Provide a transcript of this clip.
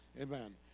amen